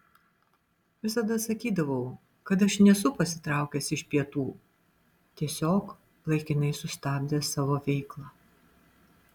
visada sakydavau kad aš nesu pasitraukęs iš pietų tiesiog laikinai sustabdęs savo veiklą